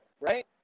right